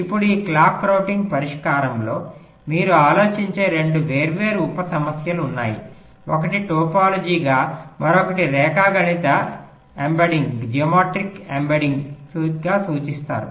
ఇప్పుడు ఈ clock routing పరిష్కారంలో మీరు ఆలోచించే 2 వేర్వేరు ఉప సమస్యలు ఉన్నాయి ఒకటి టోపోలాజీగా మరొకటి రేఖాగణిత ఎంబెడ్డింగ్గా సూచిస్తారు